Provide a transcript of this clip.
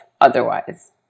otherwise